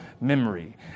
memory